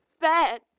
Bad